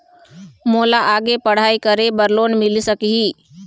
मोला आगे पढ़ई करे बर लोन मिल सकही?